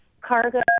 cargo